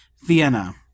Vienna